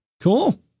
Cool